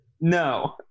No